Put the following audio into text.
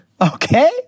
Okay